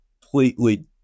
completely